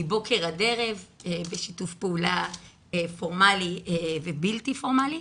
מבוקר עד ערב בשיתוף פעולה פורמלי ובלתי פורמלי.